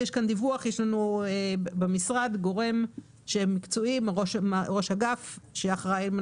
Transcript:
יש סמי אוטונומי שהוא רק נסיעה בכבישים בין